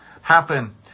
happen